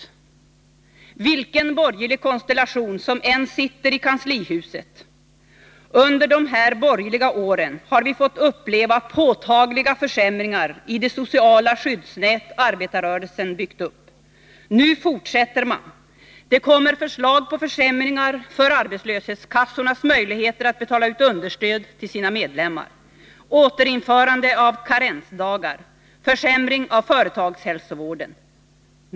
Oberoende av vilken borgerlig konstellation som suttit i kanslihuset under de borgerliga åren har vi fått uppleva påtagliga försämringar av de sociala skyddsnät som arbetarrörelsen byggt upp. Nu fortsätter man. Det kommer förslag om försämringar av arbetslöshetskassornas möjligheter att betala ut understöd till sina medlemmar, återinförande av karensdagar och försämringar av företagshälsovården.